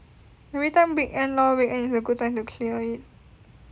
every time weekend lor weekend is a good time to clear it